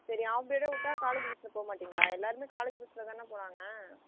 சரி ஆஃப் டேவோடு விட்டா காலேஜ் பஸ்சில் போகமாட்டீங்களா எல்லாேருமே காலேஜ் பஸ்சில் தானே போகிறாங்க